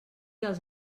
els